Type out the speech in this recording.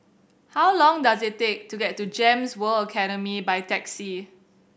how long does it take to get to GEMS World Academy by taxi